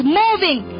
moving